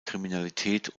kriminalität